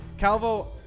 Calvo